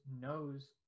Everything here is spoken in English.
knows